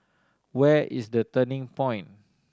where is The Turning Point